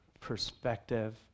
perspective